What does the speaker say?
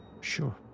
Sure